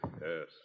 Yes